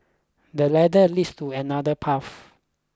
the ladder leads to another path